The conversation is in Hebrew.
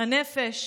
הנפש?